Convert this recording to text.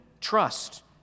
trust